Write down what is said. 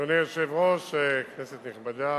אדוני היושב-ראש, כנסת נכבדה,